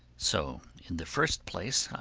so in the first place,